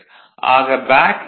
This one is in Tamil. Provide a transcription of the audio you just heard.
ஆக பேக் ஈ